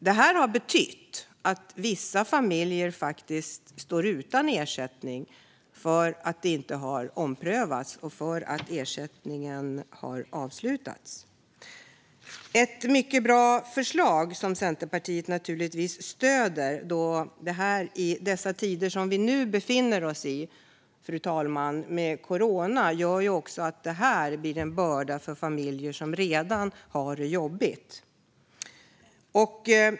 Det här har betytt att vissa familjer faktiskt står utan ersättning därför att det inte har omprövats och därför att ersättningen har avslutats. Detta är ett mycket bra förslag som Centerpartiet naturligtvis stöder. De tider som vi nu befinner oss i med corona, fru talman, gör ju också att det här blir en börda för familjer som redan har det jobbigt.